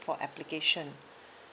for application